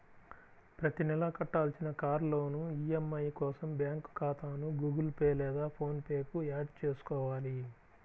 ప్రతి నెలా కట్టాల్సిన కార్ లోన్ ఈ.ఎం.ఐ కోసం బ్యాంకు ఖాతాను గుగుల్ పే లేదా ఫోన్ పే కు యాడ్ చేసుకోవాలి